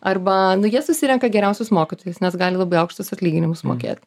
arba nu jie susirenka geriausius mokytojus nes gali labai aukštus atlyginimus mokėt